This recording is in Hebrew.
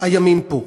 הימין פה.